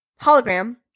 hologram